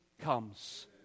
comes